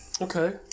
Okay